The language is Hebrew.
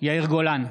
יאיר גולן,